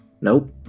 Nope